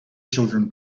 children